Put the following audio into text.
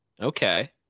Okay